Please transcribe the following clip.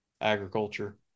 agriculture